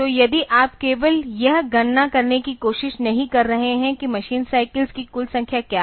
तो यदि आप केवल यह गणना करने की कोशिश नहीं कर रहे हैं कि मशीन साइकल्स की कुल संख्या क्या है